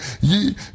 ye